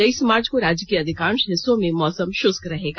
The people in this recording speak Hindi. तेईस मार्च को राज्य के अधिकांश हिस्सों में मौसम शुष्क रहेगा